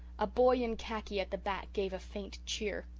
a boy in khaki at the back gave a faint cheer.